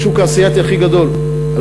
השוק האסיאתי הכי גדול.